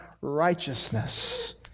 righteousness